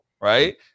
Right